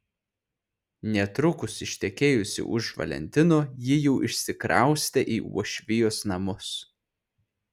netrukus ištekėjusi už valentino ji jau išsikraustė į uošvijos namus